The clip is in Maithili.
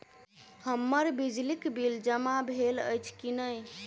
हम्मर बिजली कऽ बिल जमा भेल अछि की नहि?